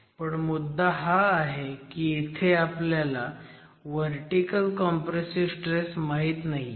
पण मुद्दा हा आहे की इथे आपल्याला व्हर्टिकल कॉम्प्रेसिव्ह स्ट्रेस माहीत नाहीये